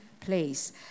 place